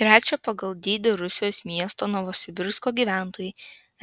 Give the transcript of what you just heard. trečio pagal dydį rusijos miesto novosibirsko gyventojai